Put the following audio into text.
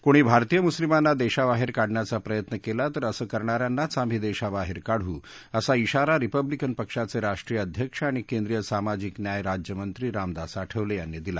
कोणी भारतीय मुस्लिमांना देशाबाहेर काढण्याचा प्रयत्न केला तर असं करणाऱ्यांनाच आम्ही देशाबाहेर काढू असा इशारा रिपब्लिकन पक्षाचे राष्ट्रीय अध्यक्ष आणि केंद्रीय सामाजिक न्याय राज्यमंत्री रामदास आठवले यांनी दिला